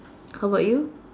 how about you